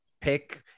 pick